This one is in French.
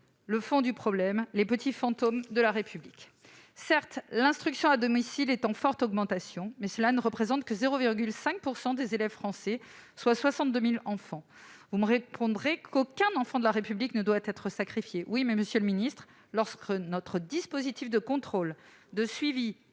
le fond du problème, les petits fantômes de la République. Certes, l'instruction à domicile est en forte augmentation, mais elle ne représente que 0,5 % des élèves français, soit 62 000 enfants. Vous me répondrez qu'aucun enfant de la République ne doit être sacrifié, monsieur le ministre. Toutefois, lorsque notre dispositif de contrôle, de suivi